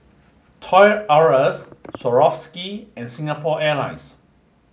Toy R Us Swarovski and Singapore Airlines